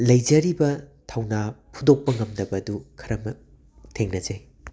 ꯂꯩꯖꯔꯤꯕ ꯊꯧꯅꯥ ꯐꯨꯗꯣꯛꯄ ꯉꯝꯗꯕꯗꯨ ꯈꯔꯃꯛ ꯊꯦꯡꯅꯖꯩ